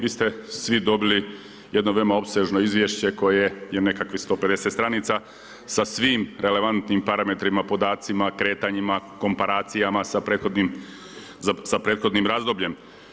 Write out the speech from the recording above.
Vi ste svi dobili jedno veoma opsežno izvješće koje je nekakvih 150 stranica sa svim relevantnim parametrima, podacima, kretanjima, komparacijama sa prethodnim razdobljem.